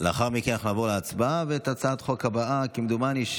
לאחר מכן נעבור להצבעה, והצעת החוק הבאה, כמדומני,